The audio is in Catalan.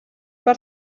per